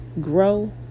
Grow